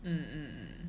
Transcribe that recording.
mm